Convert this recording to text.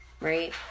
Right